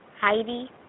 Heidi